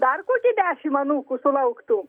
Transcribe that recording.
dar kokie dešim anūkų sulauktų